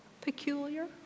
peculiar